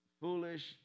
foolish